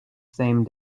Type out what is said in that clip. same